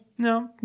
No